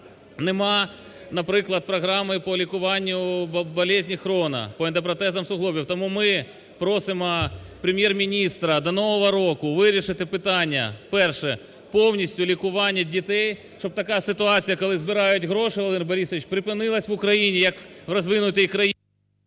нема, наприклад, програми по лікуванню болезні Крона, по ендопротезам суглобів. Тому ми просимо Прем'єр-міністра до нового року вирішити питання, перше, повністю лікування дітей, щоб така ситуація, коли збирають гроші, Володимир Борисович, припинилася в Україні, як в розвинутій країні.